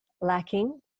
lacking